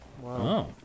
Wow